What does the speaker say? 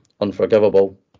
unforgivable